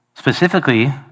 Specifically